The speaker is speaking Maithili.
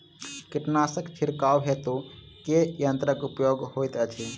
कीटनासक छिड़काव हेतु केँ यंत्रक प्रयोग होइत अछि?